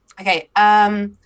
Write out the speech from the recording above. Okay